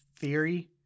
theory